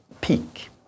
peak